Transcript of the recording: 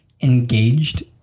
engaged